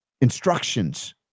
instructions